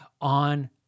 on